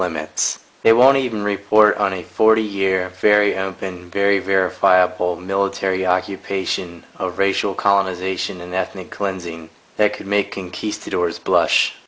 limits they won't even report on a forty year very open very verifiable military occupation of racial colonization and ethnic cleansing they could making keys to doors blush